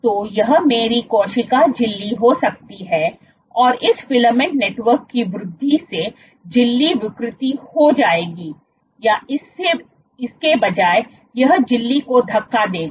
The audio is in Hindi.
तो यह मेरी कोशिका झिल्ली हो सकती है और इस फिलामेंट नेटवर्क की वृद्धि से झिल्ली विकृति हो जाएगी या इसके बजाय यह झिल्ली को धक्का देगा